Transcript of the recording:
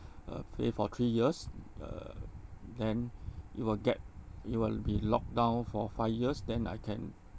uh pay for three years uh then you will get you will be locked down for five years then I can